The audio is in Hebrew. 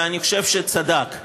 ואני חושב שהוא צדק: